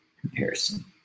comparison